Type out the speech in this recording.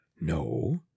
No